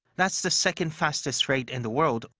that's the second-fastest rate in the world.